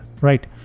right